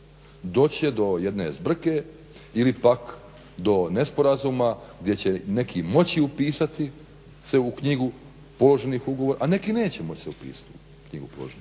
će do jedne zbrke ili pak do nesporazuma gdje će neki moći upisati u knjigu položenih ugovora, a neki se neće moći upisati u knjigu. To je